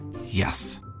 Yes